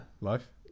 life